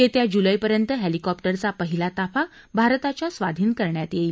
येत्या जुलप्रर्डेत हेलिकॉप्टरचा पहिला ताफा भारताच्या स्वाधीन करण्यात येईल